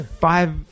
five